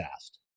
asked